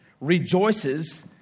rejoices